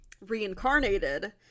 reincarnated